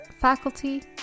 faculty